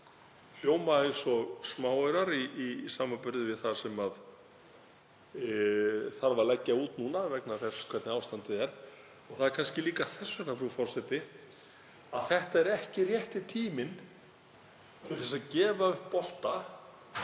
hljóma eins og smáaurar í samanburði við það sem leggja þarf út núna vegna þess hvernig ástandið er — og það er kannski líka þess vegna sem þetta er ekki rétti tíminn til að gefa upp bolta